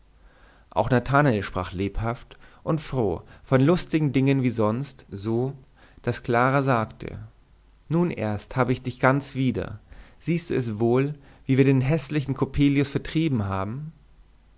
auch nathanael sprach lebhaft und froh von lustigen dingen wie sonst so daß clara sagte nun erst habe ich dich ganz wieder siehst du es wohl wie wir den häßlichen coppelius vertrieben haben